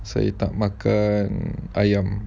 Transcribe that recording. saya tak makan ayam